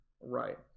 right